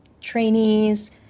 trainees